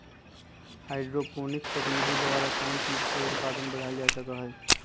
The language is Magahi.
हाईड्रोपोनिक्स तकनीक द्वारा कौन चीज के उत्पादन बढ़ावल जा सका हई